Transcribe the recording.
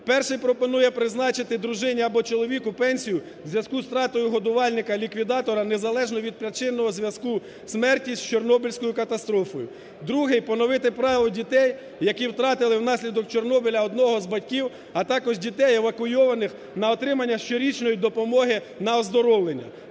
Перший пропонує призначити дружині або чоловіку пенсію у зв'язку з втратою годувальника-ліквідатора незалежно від причинного зв'язку смерті з Чорнобильською катастрофою. Другий – поновити право дітей, які втратили внаслідок Чорнобиля одного з батьків, а також дітей евакуйованих, на отримання щорічної допомоги на оздоровлення.